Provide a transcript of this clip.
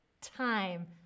time